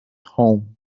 home